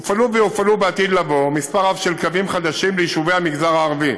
הופעלו ויופעלו לעתיד לבוא מספר רב של קווים חדשים ביישובי המגזר הערבי.